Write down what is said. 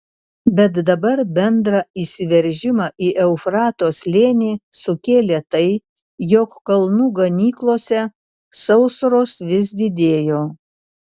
bet dabar bendrą įsiveržimą į eufrato slėnį sukėlė tai jog kalnų ganyklose sausros vis didėjo